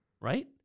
right